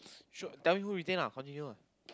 sure tell me who retain lah continue lah